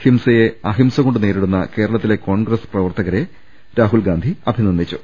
ഹിംസയെ അഹിംസകൊണ്ട് നേരിടുന്ന കേരളത്തിലെ കോൺഗ്രസ് പ്രവർത്തകരെ അദ്ദേഹം അഭിനന്ദിച്ചു